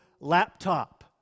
laptop